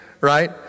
right